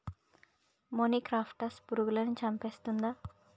మొనిక్రప్టస్ పురుగులను చంపేస్తుందా?